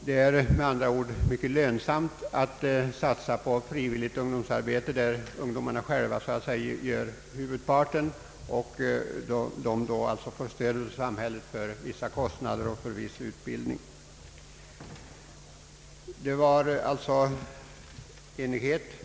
Jag anser det är mycket lönsamt att satsa på frivilligt ungdomsarbete där ungdomarna själva gör huvudparten av arbetet med stöd från samhällets sida i form av bidrag till vissa kostnader och för viss utbildning.